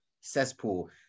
cesspool